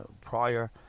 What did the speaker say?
prior